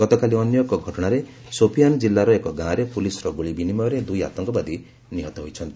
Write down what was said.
ଗତକାଲି ଅନ୍ୟ ଏକ ଘଟଣାରେ ସୋଫିଆନ ଜିଲ୍ଲାର ଏକ ଗାଁରେ ପୁଲିସର ଗୁଳିବିନିମୟରେ ଦୁଇ ଆତଙ୍କବାଦୀ ନିହତ ହୋଇଛନ୍ତି